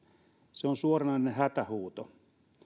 se on suoranainen hätähuuto